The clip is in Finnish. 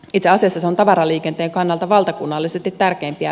itäisessä san tavaraliikenteen kannalta valtakunnallisesti tärkeimpiä